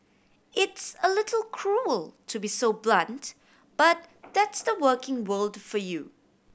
it's a little cruel to be so blunt but that's the working world for you